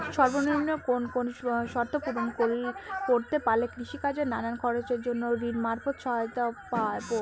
সর্বনিম্ন কোন কোন শর্ত পূরণ করতে পারলে কৃষিকাজের নানান খরচের জন্য ঋণ মারফত সহায়তা পাব?